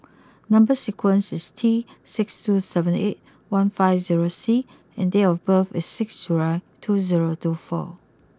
number sequence is T six two seven eight one five zero C and date of birth is six July two zero two four